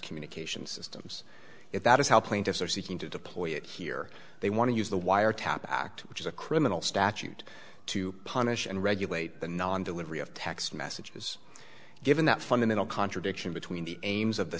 communications systems if that is how plaintiffs are seeking to deploy it here they want to use the wiretap act which is a criminal statute to punish and regulate the non delivery of text messages given that fundamental contradiction between the aims of the